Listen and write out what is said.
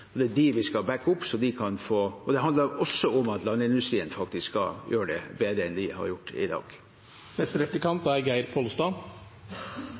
og det er dem vi skal bakke opp. Det handler også om at landindustrien skal gjøre det bedre enn de gjør i dag.